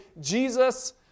Jesus